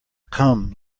come